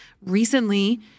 Recently